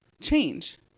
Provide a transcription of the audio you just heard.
change